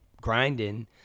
grinding